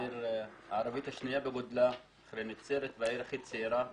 העיר הערבית השנייה בגודלה אחרי נצרת והעיר הכי צעירה בדרום.